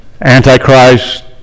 antichrist